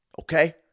Okay